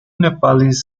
nepalese